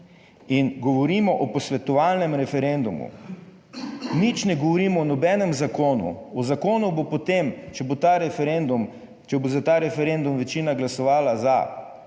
in govorimo o posvetovalnem referendumu. Nič ne govorimo o nobenem zakonu. O zakonu bo potem, če bo ta referendum, če bo za